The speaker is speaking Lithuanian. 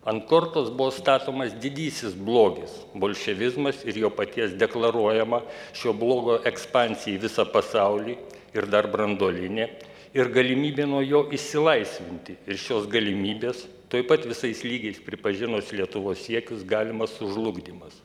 ant kortos buvo statomas didysis blogis bolševizmas ir jo paties deklaruojama šio blogo ekspansija į visą pasaulį ir dar branduolinė ir galimybė nuo jo išsilaisvinti ir šios galimybės tuoj pat visais lygiais pripažinus lietuvos siekius galimas sužlugdymas